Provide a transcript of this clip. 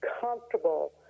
comfortable